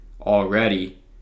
already